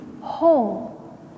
whole